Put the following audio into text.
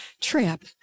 trip